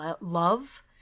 love